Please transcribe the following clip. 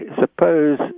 suppose